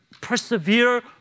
persevere